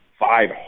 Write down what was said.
five